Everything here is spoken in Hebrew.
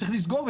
צריך לסגור',